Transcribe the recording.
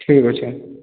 ଠିକ ଅଛି